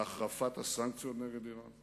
להחרפת הסנקציות נגד אירן,